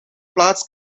plaats